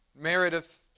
Meredith